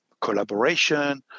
collaboration